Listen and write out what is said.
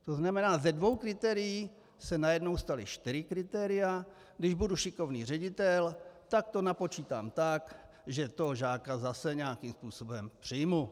To znamená, ze dvou kritérií se najednou stala čtyři kritéria, když budu šikovný ředitel, tak to napočítám tak, že toho žáka zase nějakým způsobem přijmu.